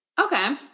Okay